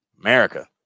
America